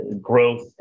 growth